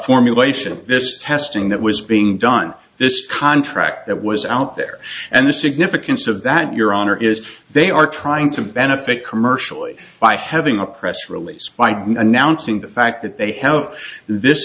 formulation this testing that was being done this contract that was out there and the significance of that your honor is they are trying to benefit commercially by having a press release by announcing the fact that they have this